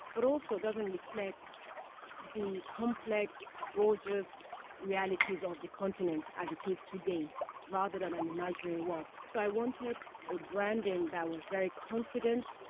but it also doesn't reflect the complex, gorgeous realities of the continent as it is today rather than an imaginary world. so i wanted a branding that was very confident,